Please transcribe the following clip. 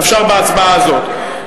אפשר בהצבעה הזאת.